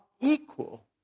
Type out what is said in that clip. equal